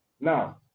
Now